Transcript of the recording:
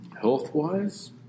health-wise